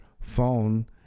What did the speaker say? phone